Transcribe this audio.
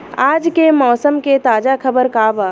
आज के मौसम के ताजा खबर का बा?